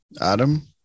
Adam